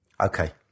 Okay